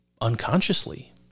unconsciously